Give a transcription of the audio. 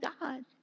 God